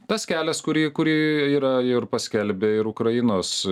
tas kelias kurį kurį yra ir paskelbė ir ukrainos